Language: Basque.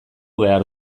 behar